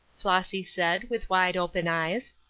flossy said, with wide open eyes.